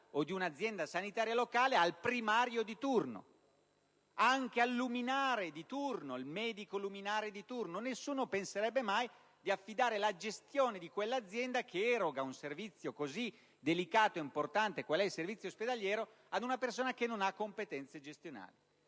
o di un'azienda sanitaria locale al primario o al medico luminare di turno; nessuno penserebbe mai di affidare la gestione di un'azienda che eroga un servizio così delicato e importante quale quello ospedaliero ad una persona che non ha competenze gestionali.